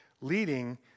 leading